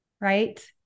right